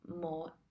more